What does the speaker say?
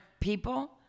people